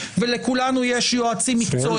ולכולנו יש יועצים משפטיים -- מצוין.